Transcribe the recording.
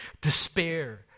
Despair